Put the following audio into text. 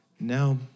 Now